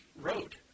road